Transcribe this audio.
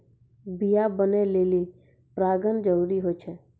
बीया बनै लेलि परागण जरूरी होय छै